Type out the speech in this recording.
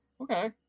Okay